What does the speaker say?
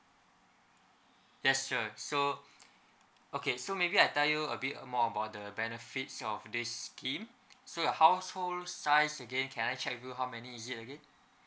yes sir so okay so maybe I tell you a bit more about the benefits of this scheme so your household size again can I check with you how many is it again